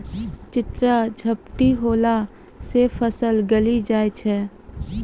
चित्रा झपटी होला से फसल गली जाय छै?